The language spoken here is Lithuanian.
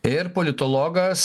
ir politologas